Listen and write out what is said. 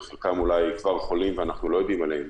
וחלקם אולי כבר חולים ואנחנו לא יודעים עליהם.